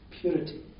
purity